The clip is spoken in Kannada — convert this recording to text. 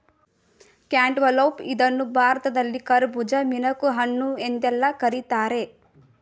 ಕ್ಯಾಂಟ್ಟಲೌಪ್ ಇದನ್ನು ಭಾರತದಲ್ಲಿ ಕರ್ಬುಜ, ಮಿಣಕುಹಣ್ಣು ಎಂದೆಲ್ಲಾ ಕರಿತಾರೆ